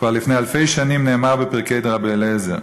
כבר לפני אלפי שנים נאמר בפרקי דרבי אליעזר: